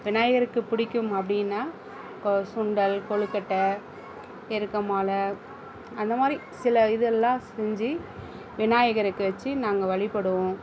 விநாயகருக்கு பிடிக்கும் அப்படின்னா இப்போது சுண்டல் கொழுக்கட்டை எருக்கமாலை அந்தமாதிரி சில இதெல்லாம் செஞ்சு விநாயகருக்கு வச்சு நாங்கள் வழிபடுவோம்